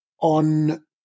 on